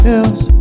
else